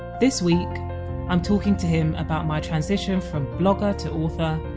this week i'm talking to him about my transition from blogger to author,